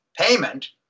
payment